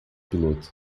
piloto